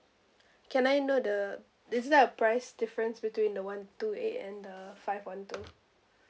can I know the isn't there a price difference between the one two eight and the five one two